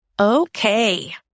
Okay